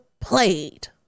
played